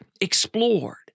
explored